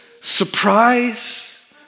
surprise